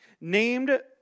named